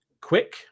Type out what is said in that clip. quick